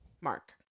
Mark